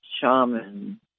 shaman